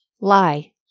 Lie